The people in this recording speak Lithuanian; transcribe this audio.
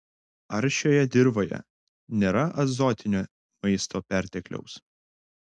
ar šioje dirvoje nėra azotinio maisto pertekliaus